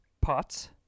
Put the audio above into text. Pots